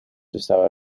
estaba